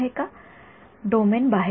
विद्यार्थीः डोमेन बाहेरील